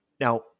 Now